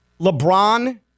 LeBron